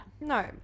No